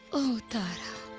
oh, tara.